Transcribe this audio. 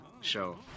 show